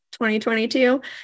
2022